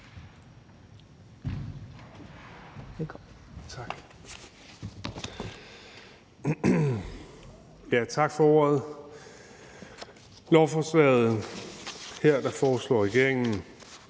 tak for ordet. I lovforslaget foreslår regeringen